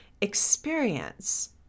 experience